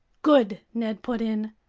good, ned put in.